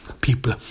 people